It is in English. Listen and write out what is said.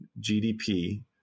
GDP